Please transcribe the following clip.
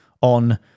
on